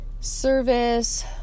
service